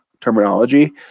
terminology